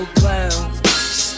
clowns